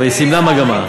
אבל היא סימנה מגמה.